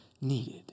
needed